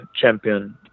champion